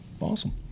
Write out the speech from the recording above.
Awesome